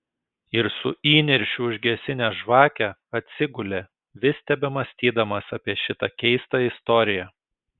ir su įniršiu užgesinęs žvakę atsigulė vis tebemąstydamas apie šitą keistą istoriją